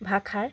ভাষাৰ